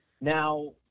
Now